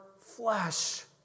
flesh